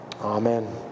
Amen